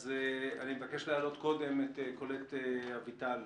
אני מבקש להעלות קודם את קולט אביטל,